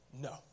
No